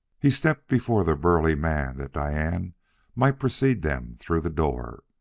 he stepped before the burly man that diane might precede them through the door.